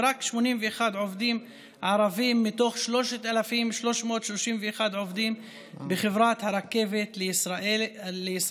ורק 81 עובדים ערבים מתוך 3,331 עובדים בחברת רכבת ישראל.